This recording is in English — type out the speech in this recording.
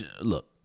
look